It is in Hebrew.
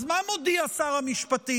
אז מה הפעם מודיע שר המשפטים?